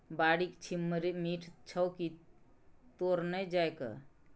बाड़ीक छिम्मड़ि मीठ छौ की तोड़ न जायके